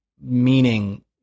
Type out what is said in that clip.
meaning